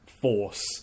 force